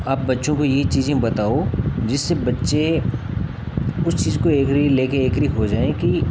आप बच्चों को ये चीजें बताओ जिससे बच्चे उस चीज़ को एग्री ले कर एग्री हो जाएँ कि